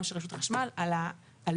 גם של רשות החשמל על העלות,